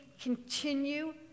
continue